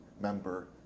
member